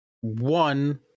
One